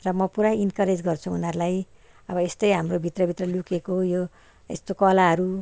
र मो पुरा इन्करेज गर्छु उनीहरूलाई अब यस्तै हाम्रो भित्र भित्र लुकेको यो यस्तो कलाहरू